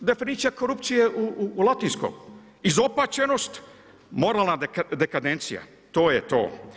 Definicija korupcije je u latinskom, izopćenost, moralna dekadencija, to je to.